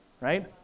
right